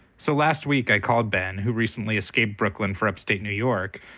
so last week, i called ben, who recently escaped brooklyn for upstate new york,